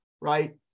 right